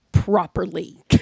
Properly